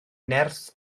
nerth